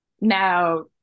now